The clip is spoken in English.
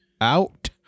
Out